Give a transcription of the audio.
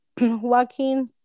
walking